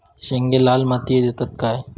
शेंगे लाल मातीयेत येतत काय?